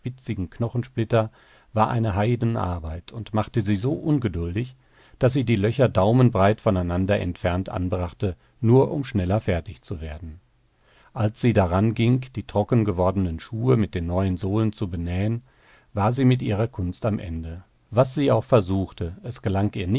knochensplitter war eine heidenarbeit und machte sie so ungeduldig daß sie die löcher daumenbreit voneinander entfernt anbrachte nur um schneller fertig zu werden als sie daran ging die trockengewordenen schuhe mit den neuen sohlen zu benähen war sie mit ihrer kunst am ende was sie auch versuchte es gelang ihr